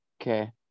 Okay